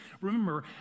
Remember